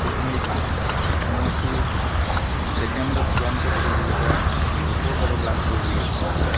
দশমিক উনোৱাশী ছেকেণ্ডত চূড়ান্ত প্ৰতিযোগিতাৰ ৰূপৰ পদক লাভ কৰিবলৈ সক্ষম হৈছে